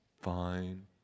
fine